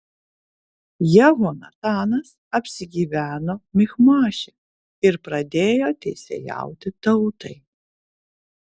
jehonatanas apsigyveno michmaše ir pradėjo teisėjauti tautai